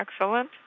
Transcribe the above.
excellent